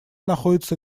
находится